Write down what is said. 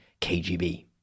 KGB